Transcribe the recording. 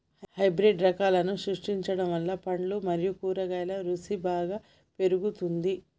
hybrid రకాలను సృష్టించడం వల్ల పండ్లు మరియు కూరగాయల రుసి బాగా పెరుగుతుంది